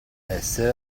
essere